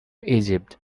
egypt